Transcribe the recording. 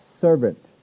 servant